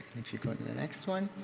if you go to the next one.